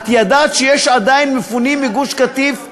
את ידעת שיש עדיין מפונים מגוש-קטיף,